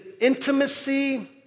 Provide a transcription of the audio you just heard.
intimacy